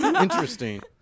Interesting